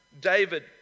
David